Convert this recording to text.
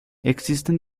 existen